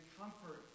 comfort